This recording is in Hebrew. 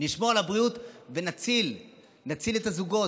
נשמור על הבריאות ונציל את הזוגות.